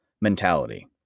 mentality